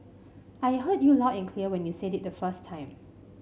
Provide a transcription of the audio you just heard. I heard you loud and clear when you said it the first time